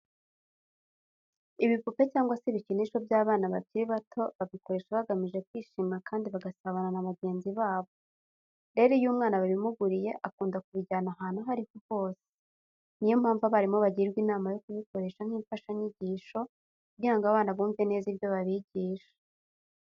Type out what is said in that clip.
Ibipupe cyangwa se ibikinisho by'abana bakiri bato babikoresha bagamije kwishima kandi bagasabana na bagenzi babo. Rero, iyo umwana babimuguriye akunda kubijyana ahantu aho ari ho hose. Ni yo mpamvu abarimu bagirwa inama yo kubikoresha nk'imfashanyigisho kugira ngo abana bumve neza ibyo babigisha.